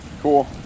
cool